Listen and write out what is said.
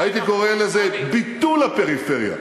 הייתי קורא לזה: ביטול הפריפריה.